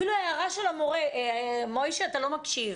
אחריך יגיע תלמיד אז בואו נעשה את זה כמה דקות כי יש לנו עד